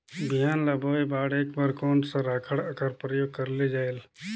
बिहान ल बोये बाढे बर कोन सा राखड कर प्रयोग करले जायेल?